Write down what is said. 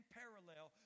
parallel